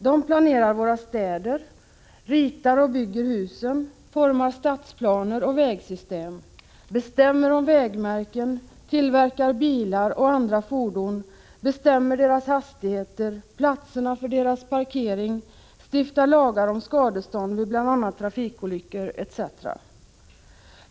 De planerar våra städer, ritar och bygger husen, formar stadsplaner och vägsystem, bestämmer om vägmärken, tillverkar bilar och andra fordon, bestämmer deras hastigheter och platser för deras parkering, stiftar lagar om skadestånd vid bl.a. trafikolyckor, etc.